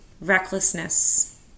recklessness